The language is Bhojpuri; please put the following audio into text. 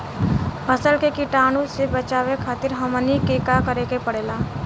फसल के कीटाणु से बचावे खातिर हमनी के का करे के पड़ेला?